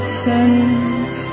sent